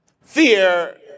fear